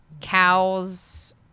cows